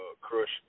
Crush